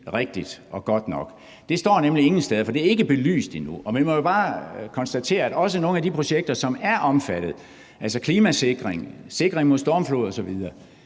rigtigt og godt nok? Det står nemlig ingen steder, for det er ikke belyst endnu. Man må jo bare konstatere, at også nogle af de projekter, som er omfattet – altså klimasikring, sikring mod stormflod osv.